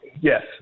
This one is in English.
yes